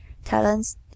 talents